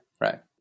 right